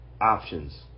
Options